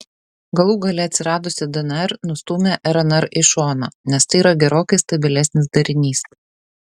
galų gale atsiradusi dnr nustūmė rnr į šoną nes tai yra gerokai stabilesnis darinys